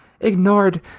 ignored